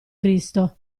cristo